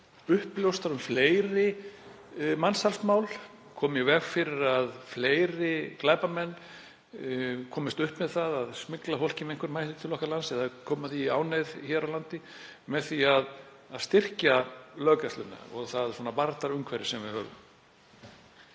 uppljóstra um fleiri mansalsmál, koma í veg fyrir að fleiri glæpamenn komist upp með að smygla fólki með einhverjum hætti til landsins eða koma því í ánauð hér á landi, með því að styrkja löggæsluna og það varnarumhverfi sem við höfum?